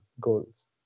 goals